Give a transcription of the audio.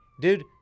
Dude